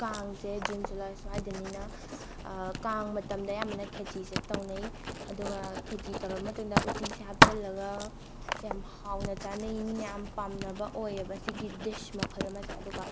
ꯀꯥꯡꯁꯦ June July ꯁ꯭ꯋꯥꯏꯗꯅꯤꯅ ꯀꯥꯡ ꯃꯇꯝꯗ ꯑꯌꯥꯝꯕꯅ ꯈꯦꯆꯤꯁꯦ ꯇꯧꯅꯩ ꯑꯗꯨꯒ ꯈꯦꯆꯤ ꯇꯧꯔꯕ ꯃꯇꯨꯡꯗ ꯎꯇꯤꯁꯦ ꯍꯥꯞꯆꯤꯜꯂꯒ ꯌꯥꯝ ꯍꯥꯎꯅ ꯆꯥꯅꯩ ꯃꯤ ꯌꯥꯝ ꯄꯥꯝꯅꯕ ꯑꯣꯏꯌꯦꯕ ꯁꯤꯒꯤ ꯗꯤꯁ ꯃꯈꯜ ꯑꯃꯁꯦ ꯑꯗꯨꯒ